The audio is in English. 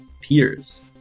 peers